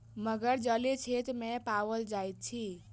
मगर जलीय क्षेत्र में पाओल जाइत अछि